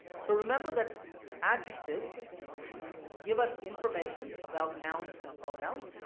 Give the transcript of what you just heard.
so remember that adjectives give us information about nouns and pronouns,